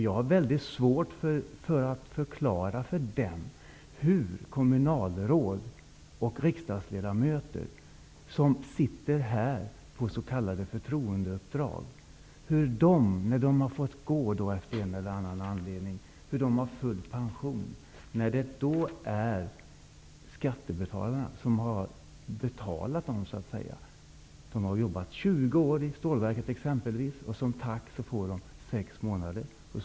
Jag har svårt att förklara för dem hur kommunalråd och riksdagsledamöter, som sitter här på s.k. förtroendeuppdrag, när de får gå av en eller annan anledning, kan få full pension. Skattebetalarna har betalat dessa politiker. Men stålverksarbetarna som har arbetat 20 år i stålverket, de får som tack sex månaders avgångsvederlag.